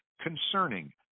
concerning